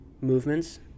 movements